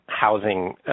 housing